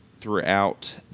throughout